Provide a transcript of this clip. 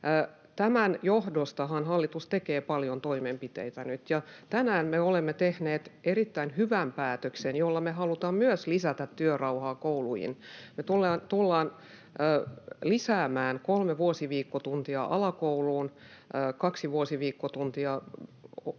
Tämän johdostahan hallitus tekee paljon toimenpiteitä nyt, ja tänään me olemme tehneet erittäin hyvän päätöksen, jolla me myös halutaan lisätä työrauhaa kouluihin: me tullaan lisäämään kolme vuosiviikkotuntia alakouluun, kaksi vuosiviikkotuntia luokille